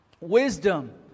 wisdom